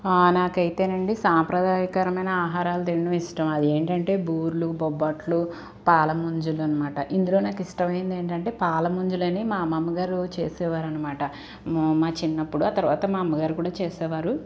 నాకైతే అండి సాంప్రదాయకరమైన ఆహరాలు తినడం ఇష్టమండి అదేంటంటే బూర్లు బొప్పట్లు పాలముంజలనమాట ఇందులో నాకు ఇష్టమైనది ఏంటంటే పాలముంజలని మా అమ్మమ్మ గారు చేసేవారనమాట మా చిన్నపుడు తర్వాత మా అమ్మ గారు కూడా చేసేవారు